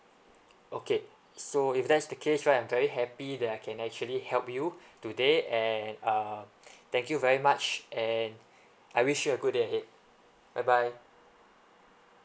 okay so if that's the case right I'm very happy that I can actually help you today and um thank you very much and I wish you a good day ahead bye bye